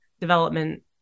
development